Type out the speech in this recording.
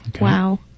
Wow